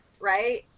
right